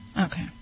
Okay